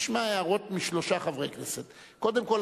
ישמע הערות משלושה חברי כנסת: קודם כול,